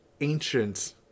ancient